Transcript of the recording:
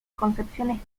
concepciones